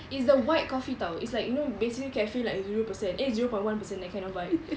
it's the white coffee [tau] you know it's like basically caffeine like zero per cent eh zero point one per cent that kind of vibe